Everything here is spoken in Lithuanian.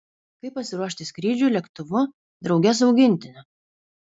kaip pasiruošti skrydžiui lėktuvu drauge su augintiniu